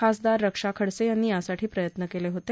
खासदार रक्षा खडसे यांनी यासाठी प्रयत्न केले होते